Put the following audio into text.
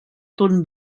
ton